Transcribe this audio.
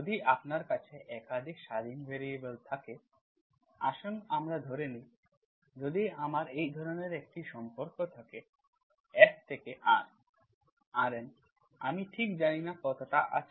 যদি আপনার কাছে একাধিক স্বাধীন ভ্যারিয়েবল থাকে আসুন আমরা ধরে নিই যদি আমার এই ধরনের একটি সম্পর্ক থাকে FRn ×R2→R F থেকে R RN আমি ঠিক জানি না কতটা আছে